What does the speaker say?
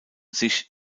sich